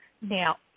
Now